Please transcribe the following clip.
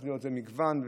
זה מגוון.